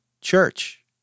church